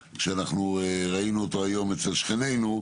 לאותו חלום בלהות שאנחנו ראינו אותו היום אצל שכננו,